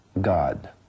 god